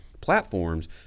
platforms